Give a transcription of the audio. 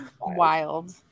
Wild